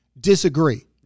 disagree